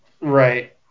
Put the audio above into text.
Right